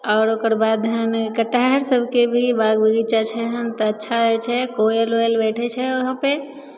आओर ओकर बाद हइ ने कटहर सभके भी बाग बगीचा छै हइ ने तऽ अच्छा छै कोयल ओयल बैठय छै उहाँपर